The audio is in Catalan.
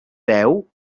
deu